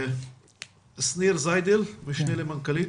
שניר זיידל משנה למנכ"לית,